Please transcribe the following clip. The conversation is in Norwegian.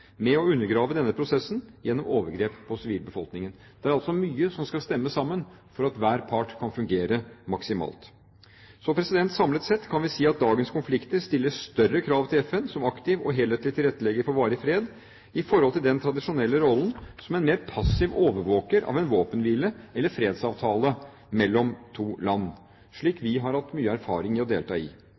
med å undergrave denne prosessen gjennom overgrep mot sivilbefolkningen. Det er altså mye som skal stemme for at hver part kan fungere maksimalt. Samlet sett kan vi si at dagens konflikter stiller større krav til FN som aktiv og helhetlig tilrettelegger for varig fred enn den tradisjonelle rollen som en mer passiv overvåker av en våpenhvile eller fredsavtale mellom to land, slik vi har hatt mye erfaring i å delta i.